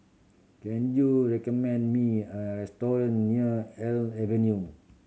can you recommend me a restaurant near Elm Avenue